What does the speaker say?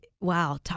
wow